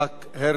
מי בעד?